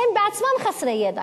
שהם בעצמם חסרי ידע.